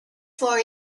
for